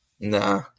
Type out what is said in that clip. Nah